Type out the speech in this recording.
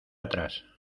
atrás